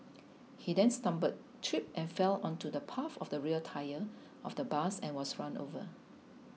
he then stumbled tripped and fell onto the path of the rear tyre of the bus and was run over